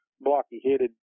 blocky-headed